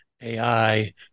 AI